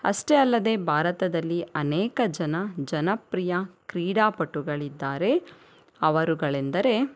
ಅಷ್ಟೇ ಅಲ್ಲದೆ ಭಾರತದಲ್ಲಿ ಅನೇಕ ಜನ ಜನಪ್ರಿಯ ಕ್ರೀಡಾಪಟುಗಳಿದ್ದಾರೆ ಅವರುಗಳೆಂದರೆ